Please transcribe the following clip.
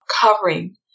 covering